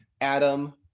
Adam